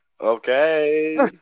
Okay